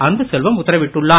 அன்புச் செல்வம் உத்தரவிட்டுள்ளார்